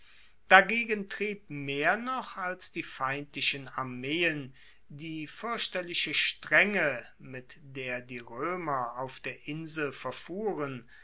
dagegen trieb mehr noch als die feindlichen armeen die fuerchterliche strenge mit der die roemer auf der insel verfuhren